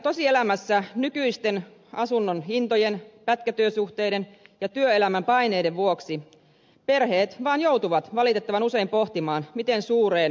tosielämässä nykyisten asuntohintojen pätkätyösuhteiden ja työelämän paineiden vuoksi perheet vain joutuvat valitettavan usein pohtimaan miten suureen jälkikasvuun on varaa